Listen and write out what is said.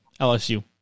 LSU